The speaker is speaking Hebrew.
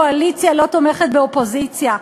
קואליציה לא תומכת באופוזיציה,